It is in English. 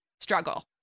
struggle